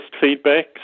feedback